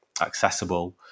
accessible